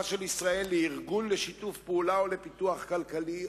של ישראל לארגון לשיתוף פעולה ולפיתוח כלכלי,